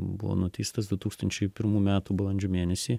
buvo nuteistas du tųkstančiai pirmų metų balandžio mėnesį